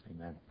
Amen